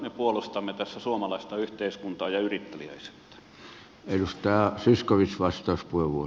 me puolustamme tässä suomalaista yhteiskuntaa ja yritteliäisyyttä